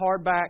hardback